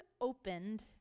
opened